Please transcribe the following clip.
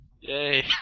Yay